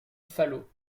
falot